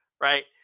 right